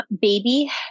Baby